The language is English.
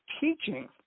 teaching